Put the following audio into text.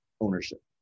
ownership